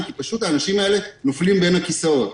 כי פשוט האנשים האלה נופלים בין הכיסאות,